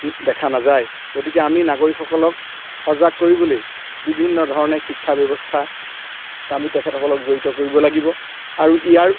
দেখা নাযায় গতিকে আমি নাগৰিকসকলক সজাগ কৰিবলৈ বিভিন্ন ধৰণে শিক্ষা ব্যৱস্থা আমি তেখেতসকলক জড়িত কৰিব লাগিব আৰু ইয়াৰ